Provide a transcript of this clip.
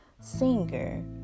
singer